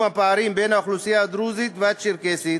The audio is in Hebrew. הפערים בין האוכלוסייה הדרוזית והצ'רקסית